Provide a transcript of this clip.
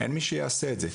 אין מי שיעשה את זה.